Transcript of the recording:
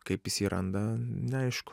kaip jis jį randa neaišku